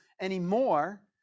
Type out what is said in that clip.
anymore